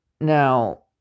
Now